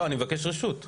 לא, אני מבקש רשות.